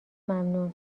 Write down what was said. ممنون